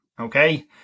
okay